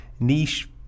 niche